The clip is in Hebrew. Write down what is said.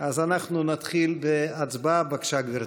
אנחנו נתחיל בהצבעה, בבקשה, גברתי.